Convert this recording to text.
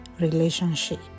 relationship